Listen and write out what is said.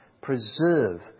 preserve